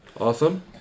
Awesome